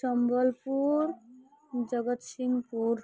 Sambalpur Jagatsinghpur